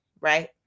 right